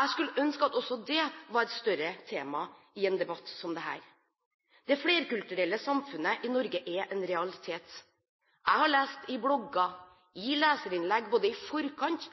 Jeg skulle ønske at også det var et større tema i en debatt som dette. Det flerkulturelle samfunnet i Norge er en realitet. Jeg har lest i blogger og leserinnlegg både i forkant